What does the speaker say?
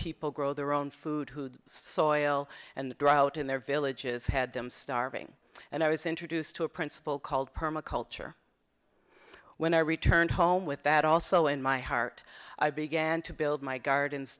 people grow their own food who soil and the drought in their villages had them starving and i was introduced to a principle called perma culture when i returned home with that also in my heart i began to build my garden